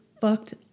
fucked